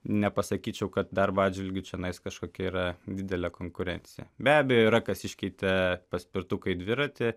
nepasakyčiau kad darbo atžvilgiu čionais kažkokia yra didelė konkurencija be abejo yra kas iškeitė paspirtuką į dviratį